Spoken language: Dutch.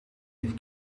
een